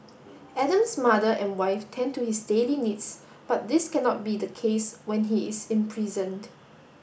Adam's mother and wife tend to his daily needs but this cannot be the case when he is imprisoned